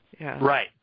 Right